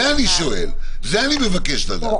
זה אני שואל, זה אני מבקש לדעת.